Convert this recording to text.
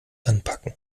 anpacken